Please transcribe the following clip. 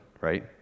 right